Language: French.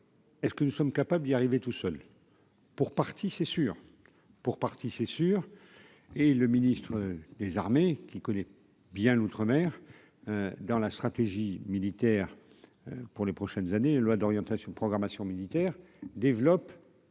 est ce que nous sommes capables d'y arriver tout seul, pour partie, c'est sûr, pour partie, c'est sûr, et le ministre des armées, qui connaît bien l'outre-mer dans la stratégie militaire pour les prochaines années, loi d'orientation de programmation militaire développe